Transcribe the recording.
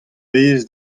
vez